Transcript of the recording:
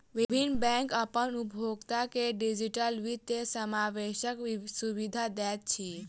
विभिन्न बैंक अपन उपभोगता के डिजिटल वित्तीय समावेशक सुविधा दैत अछि